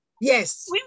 Yes